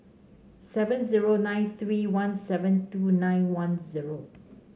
seven zero nine three one seven two nine one zero